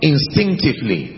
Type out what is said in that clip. Instinctively